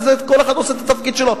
אבל כל אחד עושה את התפקיד שלו.